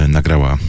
Nagrała